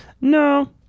No